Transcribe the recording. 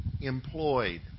employed